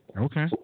Okay